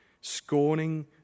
scorning